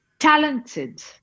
Talented